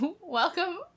Welcome